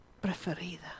preferida